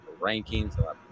rankings